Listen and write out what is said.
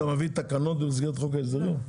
אתה מביא תקנות במסגרת חוק ההסדרים?